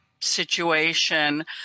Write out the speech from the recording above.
situation